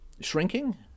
shrinking